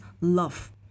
love